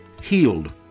healed